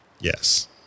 Yes